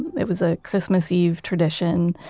it was a christmas eve tradition,